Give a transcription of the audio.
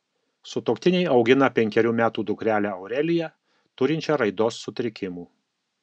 sutuoktiniai augina penkerių metų dukrelę aureliją turinčią raidos sutrikimų